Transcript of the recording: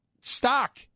stock